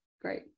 Great